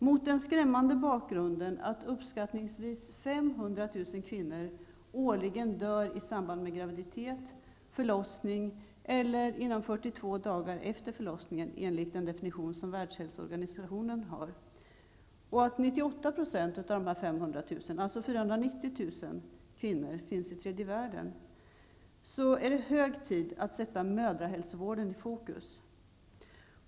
Mot den skrämmande bakgrunden att uppskattningsvis 500 000 kvinnor årligen dör i samband med graviditet, förlossning eller inom 42 dagar efter förlossningen -- enligt Världshälsoorganisationens definition -- och att kvinnor, finns i tredje världen är det hög tid att sätta mödrahälsovården i fokus.